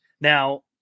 Now